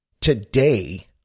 today